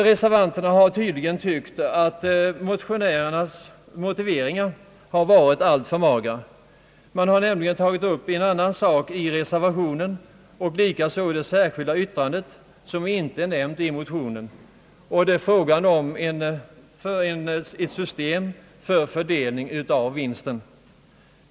Reservanterna har tydligen funnit motionärernas motiveringar alltför magra. Man har nämligen i reservationen, liksom även de som svarar för det särskilda yttrandet gjort, tagit upp en annan sak, som inte är nämnd i motionen, nämligen frågan om ett system för fördelning av vinsten.